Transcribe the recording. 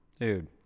dude